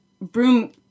broom